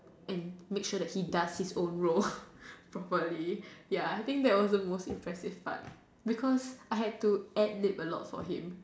and make sure that he does his own role properly ya I think that was the most impressive part because I had to ad Lib a lot for him